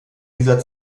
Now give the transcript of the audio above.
dieser